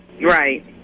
Right